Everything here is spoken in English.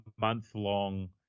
month-long